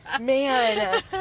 man